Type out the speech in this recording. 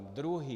Druhý.